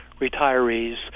retirees